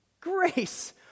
Grace